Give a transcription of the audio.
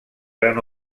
gran